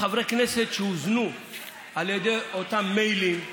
חברי כנסת שהוזנו על ידי אותם מיילים,